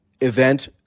event